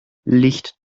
licht